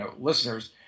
listeners